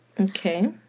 Okay